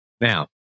Now